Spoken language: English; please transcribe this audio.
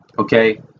Okay